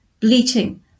bleating